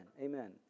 amen